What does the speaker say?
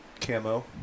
Camo